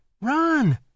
run